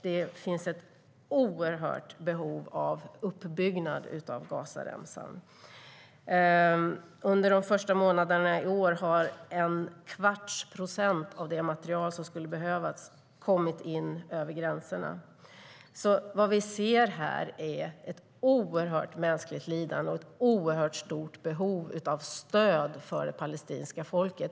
Det finns ett oerhört behov av uppbyggnad av Gazaremsan. Under de första månaderna i år har en kvarts procent av det material som skulle ha behövts kommit in över gränserna. Vad vi ser här är ett oerhört mänskligt lidande och ett oerhört stort behov av stöd för det palestinska folket.